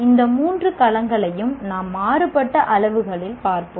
இந்த மூன்று களங்களையும் நாம் மாறுபட்ட அளவுகளில் பார்ப்போம்